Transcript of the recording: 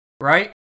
right